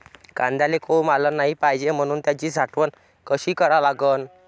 कांद्याले कोंब आलं नाई पायजे म्हनून त्याची साठवन कशी करा लागन?